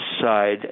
side